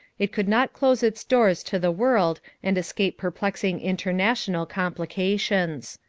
it could not close its doors to the world and escape perplexing international complications.